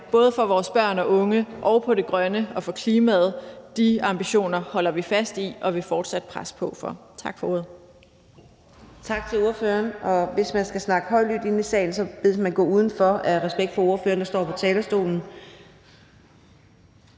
både for vores børn og unge og for det grønne og for klimaet holder vi fast i og vil vi fortsat presse på for. Tak for ordet.